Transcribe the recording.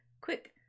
quick